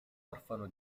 orfano